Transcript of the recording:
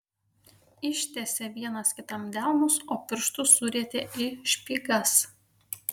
ištiesė vienas kitam delnus o pirštus surietė į špygas